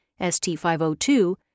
ST502